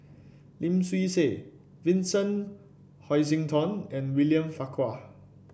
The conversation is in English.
Lim Swee Say Vincent Hoisington and William Farquhar